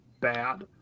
bad